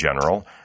general